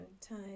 time